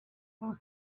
who